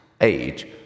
age